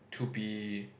to be